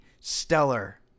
stellar